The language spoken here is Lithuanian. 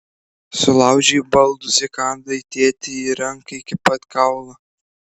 sulaužei baldus įkandai tėtei į ranką iki pat kaulo